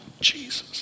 Jesus